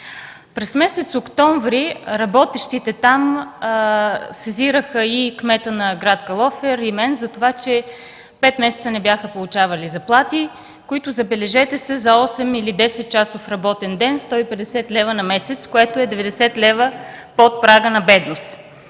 През месец октомври работещите там сезираха и кмета на град Калофер, и мен, за това че пет месеца не бяха получавали заплати, които, забележете, за осем или десетчасов работен ден са 150 лв. на месец, което е 90 лв. под прага на бедност.